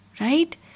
right